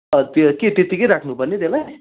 त्यो के त्यत्तिकै राख्नुपर्ने त्यसलाई